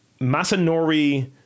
Masanori